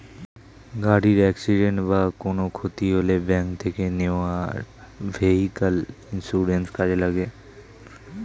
গাড়ির অ্যাকসিডেন্ট বা কোনো ক্ষতি হলে ব্যাংক থেকে নেওয়া ভেহিক্যাল ইন্সুরেন্স কাজে লাগে